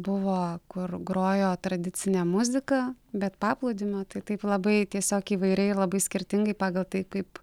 buvo kur grojo tradicinė muzika bet paplūdimio tai taip labai tiesiog įvairiai labai skirtingai pagal tai kaip